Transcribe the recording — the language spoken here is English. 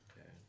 Okay